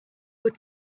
would